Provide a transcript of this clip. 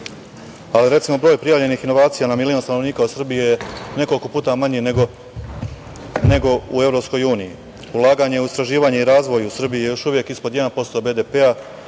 Ali, recimo, broj prijavljenih inovacija na milion stanovnika u Srbiji je nekoliko puta manji nego u EU. Ulaganje u istraživanje i razvoj u Srbiji je još uvek ispod 1% BDP,